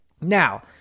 Now